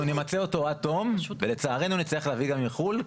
אנחנו נמצה אותו עד תום ולצערנו נצטרך להביא גם מחו"ל,